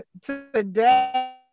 today